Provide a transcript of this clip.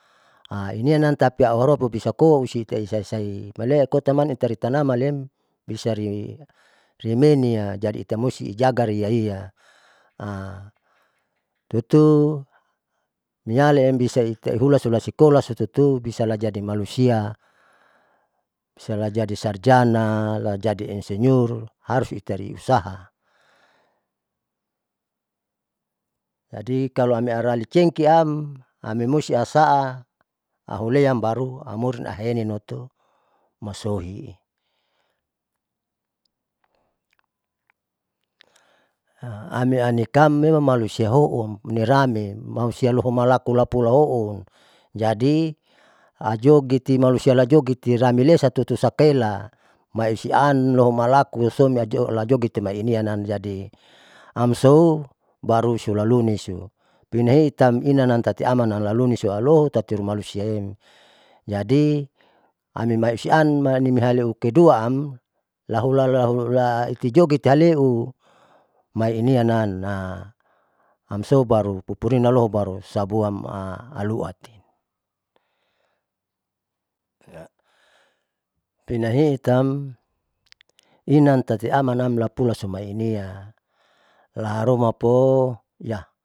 inianam tapi auharuma pobisa koa usite esaimalee kotamani ritanaman liem bisari usimenia jadi itamusti ijagari iaia tutu nialiem bisa nijaga hula sulasikola tutu bisalajadi malusia, bisalajadi sarjanalajadi insinyur harus itari usaha, jadi kalo alari cenkina amimusti asaa auleam baru amoilun ahetimoto masoi amianikam memang malusia houn niramiem malusia loho malapu lapu houn, jadi ajoget itimalusia lajoget ramilesa tutusakaela maisian loho malakun son jadi maijoget lainianam amso baru sulaluni siu pinahiitam inanam tati amanam laluni siuroho tatpi nimalusiaem, jadi ami maisian maihaleu tiduaam lahula lahuala itijoget ihaleu mairinianam amso baru pupurina loho baru sabua amaluati pinahiitam inan tati amanam lahjulan pomainia laharuma poiyah.